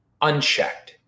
unchecked